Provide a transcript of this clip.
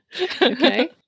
Okay